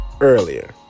earlier